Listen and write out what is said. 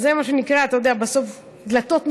זה מה שנקרא, אתה יודע, בסוף דלתות מסתובבות.